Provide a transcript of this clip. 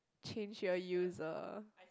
change your user